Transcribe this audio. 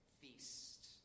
feast